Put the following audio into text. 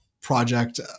project